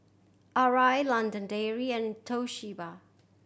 Arai London Dairy and Toshiba